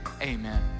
amen